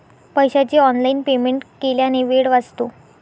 पैशाचे online payment केल्याने वेळ वाचतो